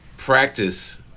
Practice